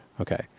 Okay